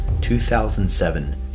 2007